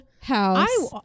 house